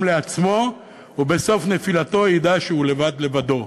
לעצמו שבסוף נפילתו ידע שהוא לבד-לבדו.